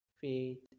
feet